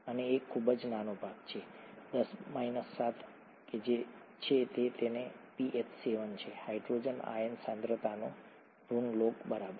અને એક ખૂબ જ નાનો ભાગ 10 7 તે જે છે અને તેથી જ pH 7 છે હાઇડ્રોજન આયન સાંદ્રતાનો ઋણ લોગ બરાબર